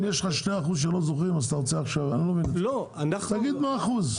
זה שיש לך שני אחוזים שלא זוכים אתה רוצה עכשיו תגיד מה האחוז.